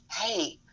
hey